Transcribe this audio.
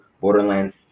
Borderlands